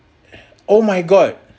oh my god